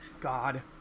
God